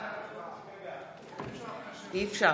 אי-אפשר.